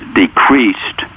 decreased